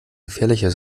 gefährlicher